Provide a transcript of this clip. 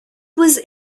was